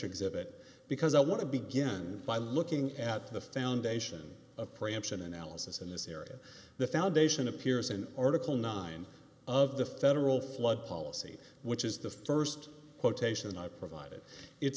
exhibit because i want to begin by looking at the foundation of preemption analysis in this area the foundation appears in article nine of the federal flood policy which is the st quotation i provided it's